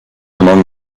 among